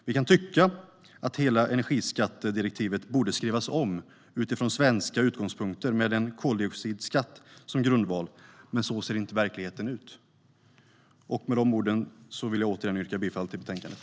Vi kan tycka att hela energiskattedirektivet borde skrivas om utifrån svenska utgångspunkter, med en koldioxidskatt som grundval. Men så ser verkligheten inte ut. Med de orden vill jag återigen yrka bifall till förslaget i betänkandet.